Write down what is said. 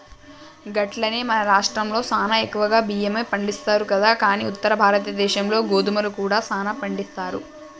గట్లనే మన రాష్ట్రంలో సానా ఎక్కువగా బియ్యమే పండిస్తారు కదా కానీ ఉత్తర భారతదేశంలో గోధుమ కూడా సానా పండిస్తారు